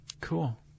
Cool